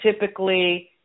typically